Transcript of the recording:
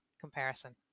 comparison